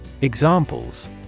Examples